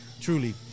Truly